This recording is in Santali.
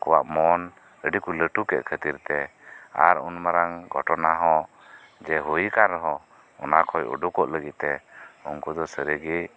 ᱟᱠᱚᱣᱟᱜ ᱢᱚᱱ ᱟᱹᱰᱤᱠᱚ ᱞᱟᱹᱴᱩ ᱠᱮᱫ ᱠᱷᱟᱹᱛᱤᱨ ᱛᱮ ᱟᱨ ᱩᱱ ᱢᱟᱨᱟᱝ ᱜᱷᱚᱴᱚᱱᱟ ᱦᱚᱸ ᱡᱮ ᱦᱩᱭ ᱟᱠᱟᱱ ᱨᱮᱦᱚᱸ ᱚᱱᱟ ᱠᱷᱚᱡ ᱩᱰᱩᱠᱚᱜ ᱞᱟᱹᱜᱤᱫ ᱛᱮ ᱩᱱᱠᱩᱫᱚ ᱥᱟᱹᱨᱤᱜᱤ